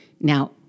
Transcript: Now